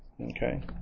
okay